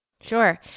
Sure